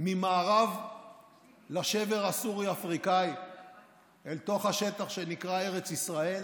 ממערב לשבר הסורי-אפריקאי אל תוך השטח שנקרא ארץ ישראל